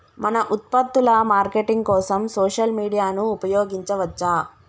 మన ఉత్పత్తుల మార్కెటింగ్ కోసం సోషల్ మీడియాను ఉపయోగించవచ్చా?